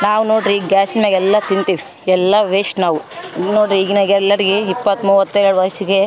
ನಾವು ನೋಡ್ರಿ ಗ್ಯಾಸಿನ ಮ್ಯಾಗೆ ಎಲ್ಲ ತಿಂತೀವಿ ಎಲ್ಲ ವೇಸ್ಟ್ ನಾವು ನೋಡ್ರಿ ಈಗಿನಗೆಲ್ಲರಿಗೆ ಇಪ್ಪತ್ತು ಮೂವತ್ತೇಳು ವಯಸ್ಸಿಗೆ